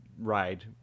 ride